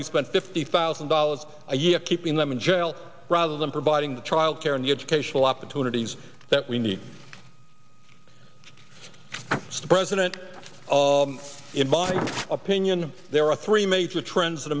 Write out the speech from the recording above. we spent fifty thousand dollars a year keeping them in jail rather than providing the child care and the educational opportunities that we need the president in my opinion there are three major trends